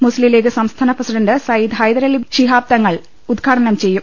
മുസ്സീംലീഗ് സംസ്ഥാന പ്രസിഡന്റ് സയ്യിദ് ഹൈദരലി ശിഹാബ് തങ്ങൾ ഉദ്ഘാടനം ചെയ്യും